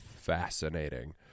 fascinating